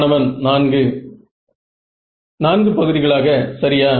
மாணவன் 4 4 பகுதிகளாக சரியா